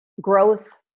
growth